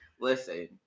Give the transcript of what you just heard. Listen